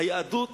היהדות